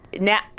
now